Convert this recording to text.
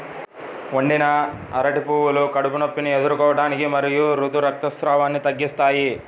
వండిన అరటి పువ్వులు కడుపు నొప్పిని ఎదుర్కోవటానికి మరియు ఋతు రక్తస్రావాన్ని తగ్గిస్తాయి